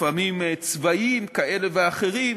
לפעמים צבאיים כאלה ואחרים,